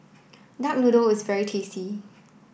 duck noodle is very tasty